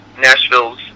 nashville's